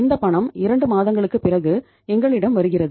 இந்த பணம் 2 மாதங்களுக்குப் பிறகு எங்களிடம் வருகிறது